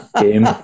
game